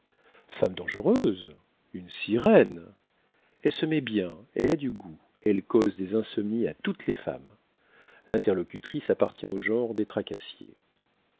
femme dangereuse une sirène elle se met bien elle a du goût elle cause des insomnies à toutes les femmes l'interlocutrice appartient au genre des